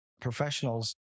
professionals